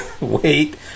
wait